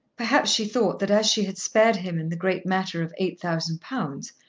perhaps she thought that as she had spared him in the great matter of eight thousand pounds,